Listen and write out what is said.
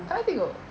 kau nak tengok